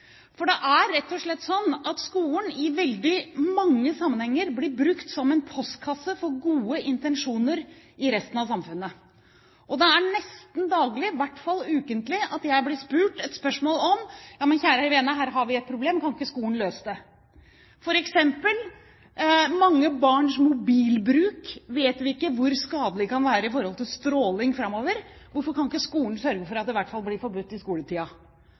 For det er rett og slett sånn at skolen i veldig mange sammenhenger blir brukt som postkasse for gode intensjoner i resten av samfunnet. Nesten daglig, i hvert fall ukentlig, blir jeg stilt spørsmålet: Kjære vene, her har vi et problem; kan ikke skolen løse det? Vi vet f.eks. ikke hvor skadelig mange barns mobilbruk kan være i forhold til stråling. Hvorfor kan ikke skolen sørge for at det i hvert fall blir forbudt i